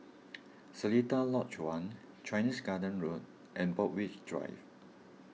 Seletar Lodge one Chinese Garden Road and Borthwick Drive